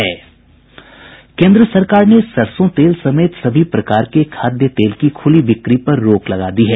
केंद्र सरकार ने सरसों तेल समेत सभी प्रकार के खाद्य तेल की खूली बिक्री पर रोक लगा दी है